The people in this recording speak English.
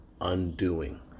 undoing